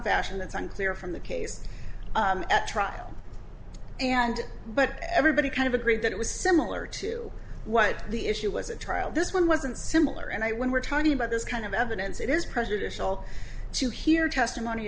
fashion that's unclear from the case at trial and but everybody kind of agreed that it was similar to what the issue was a trial this one wasn't similar and when we're talking about this kind of evidence it is prejudicial to hear testimony